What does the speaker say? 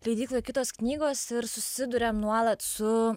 leidykloj kitos knygos ir susiduriam nuolat su